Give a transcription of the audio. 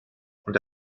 und